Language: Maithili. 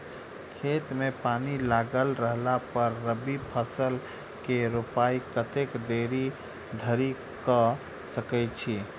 खेत मे पानि लागल रहला पर रबी फसल केँ रोपाइ कतेक देरी धरि कऽ सकै छी?